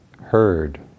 heard